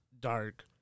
dark